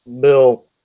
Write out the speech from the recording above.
Bill